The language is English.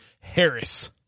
Harris